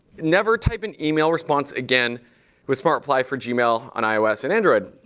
never type an email response again with smart reply for gmail on ios and android.